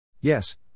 Yes